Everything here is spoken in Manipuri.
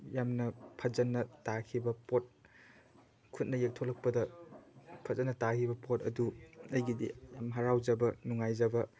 ꯌꯥꯝꯅ ꯐꯖꯅ ꯇꯥꯈꯤꯕ ꯄꯣꯠ ꯈꯨꯠꯅ ꯌꯦꯛꯊꯣꯔꯛꯄꯗ ꯐꯖꯅ ꯇꯥꯈꯤꯕ ꯄꯣꯠ ꯑꯗꯨ ꯑꯩꯒꯤꯗꯤ ꯌꯥꯝ ꯍꯔꯥꯎꯖꯕ ꯅꯨꯡꯉꯥꯏꯖꯕ